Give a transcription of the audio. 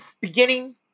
beginning